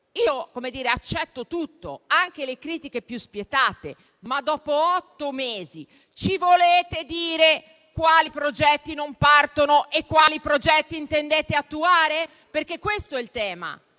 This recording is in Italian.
Io accetto tutto, anche le critiche più spietate. Ma, dopo otto mesi, ci volete dire quali progetti non partono e quali progetti intendete attuare? Questo è il tema